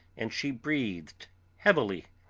and she breathed heavily.